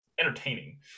entertaining